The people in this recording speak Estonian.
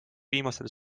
viimastel